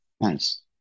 Nice